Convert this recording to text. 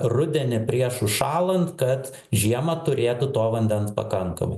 rudenį prieš užšąlant kad žiemą turėtų to vandens pakankamai